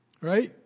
Right